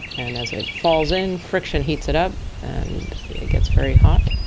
and as it falls in, friction heats it up and it gets very hot,